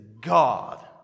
God